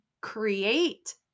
create